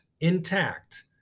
intact